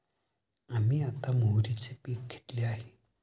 आम्ही आता मोहरीचे पीक घेतले आहे